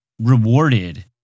rewarded